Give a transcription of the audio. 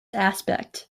aspect